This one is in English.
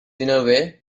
dinnerware